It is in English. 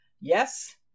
Yes